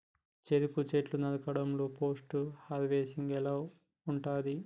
చెరుకు చెట్లు నరకడం లో పోస్ట్ హార్వెస్టింగ్ ఎలా ఉంటది?